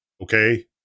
okay